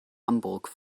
hamburg